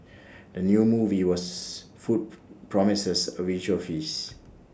the new movie was food promises A visual feast